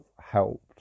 helped